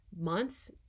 months